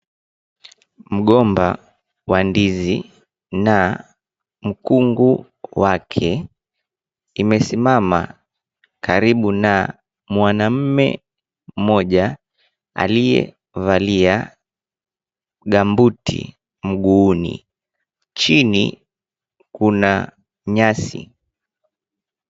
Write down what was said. Mgomba wa ndizi na mkungu wake imesimama karibu na mwanamme mmoja aliyevalia gambuti mguuni. Chini kuna nyasi.